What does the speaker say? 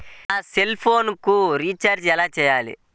నా సెల్ఫోన్కు రీచార్జ్ ఎలా చేయాలి?